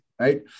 right